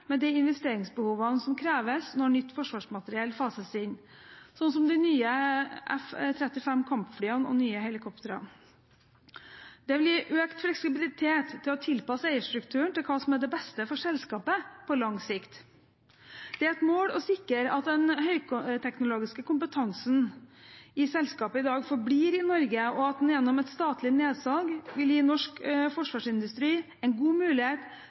med de investeringsbehovene som kreves når nytt forsvarsmateriell fases inn, som de nye F-35-kampflyene og de nye helikoptrene. Det vil gi økt fleksibilitet til å tilpasse eierstrukturen til hva som er det beste for selskapet på lang sikt. Det er et mål å sikre at den høyteknologiske kompetansen i selskapet i dag forblir i Norge, og at en gjennom et statlig nedsalg vil gi norsk forsvarsindustri en god mulighet